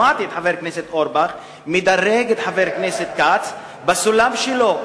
שמעתי את חבר הכנסת אורבך מדרג את חבר הכנסת כץ בסולם שלו.